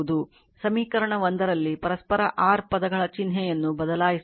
ಸಮೀಕರಣ 1 ರಲ್ಲಿ ಪರಸ್ಪರ r ಪದಗಳ ಚಿಹ್ನೆಯನ್ನು ಬದಲಾಯಿಸುತ್ತದೆ